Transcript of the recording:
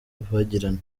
bagirana